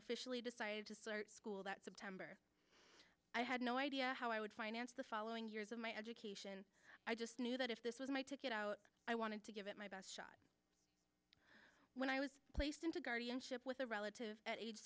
officially decided to school that september i had no idea how i would finance the following years of my education i just knew that if this was my ticket out i wanted to give it my best shot when i was placed into guardianship with a relative at age